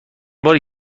باری